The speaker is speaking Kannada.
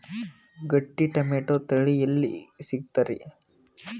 ಗಟ್ಟಿ ಟೊಮೇಟೊ ತಳಿ ಎಲ್ಲಿ ಸಿಗ್ತರಿ?